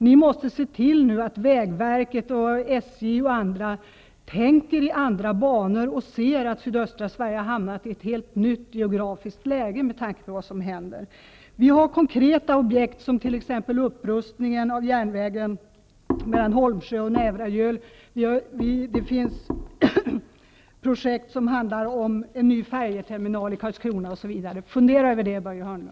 Ni måste nu se till att vägverket, SJ och andra tänker i andra banor och ser att sydöstra Sverige har hamnat i ett helt nytt geografiskt läge, med tanke på vad som händer. Vi har konkreta objekt, t.ex. upprustningen av järnvägen mellan Holmsjö och Nävragöl, en ny färjeterminal i Karlskrona, osv. Fundera över det, Börje Hörnlund!